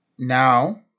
Now